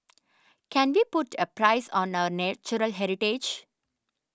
can we put a price on our natural heritage